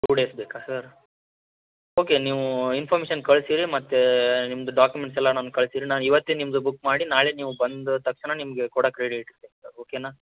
to days ಬೇಕಾ sir okay ನೀವು information ಕಳಿಸಿಡಿ ಮತ್ತೆ ನಿಮ್ದು ಡಾಕ್ಯುಮೆಂಟ್ಸೆಲ್ಲ ನನ್ಗೆ ಕಳಿಸಿಡಿ ನಾನು ಇವತ್ತೇ ನಿಮ್ದು ಬುಕ್ ಮಾಡಿ ನಾಳೆ ನೀವು ಬಂದ ತಕ್ಷಣ ನಿಮಗೆ ಕೊಡಕ್ಕೆ ರೆಡಿ ಇಡ್ತೀನಿ ಸರ್ ಓಕೆನಾ